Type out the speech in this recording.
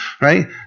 right